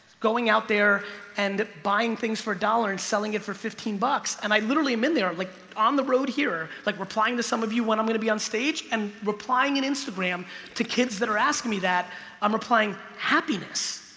going out there and buying things for a dollar and selling it for fifteen bucks and i literally am in there like on the road here like replying to some of you when i'm gonna be on stage and replying an instagram to kids that are asking me that i'm replying happiness.